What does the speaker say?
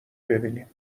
ببینیم